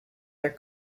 are